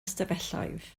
ystafelloedd